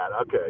Okay